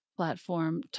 Platform